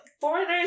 foreigners